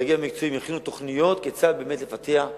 הדרגים המקצועיים יכינו תוכניות כיצד באמת לפתח,